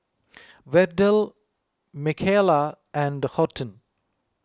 Verdell Michaela and Horton